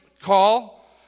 call